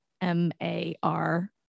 M-A-R